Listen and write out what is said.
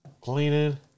Cleaning